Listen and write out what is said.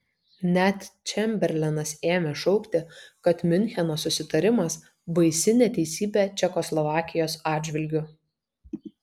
net čemberlenas ėmė šaukti kad miuncheno susitarimas baisi neteisybė čekoslovakijos atžvilgiu